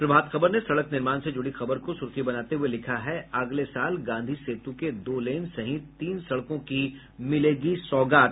प्रभात खबर ने सड़क निर्माण से जुड़ी खबर को सुर्खी बनाते हुये लिखा है अगले साल गांधी सेतु के दो लेन सहित तीन सड़कों की मिलेगी सौगात